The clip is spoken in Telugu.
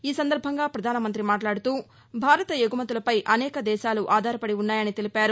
ఈ సందర్బంగా ప్రధాన మంత్రి మాట్లాడుతూ భారత ఎగుమతులపై అనేక దేశాలు ఆధారపడి ఉన్నాయని తెలిపారు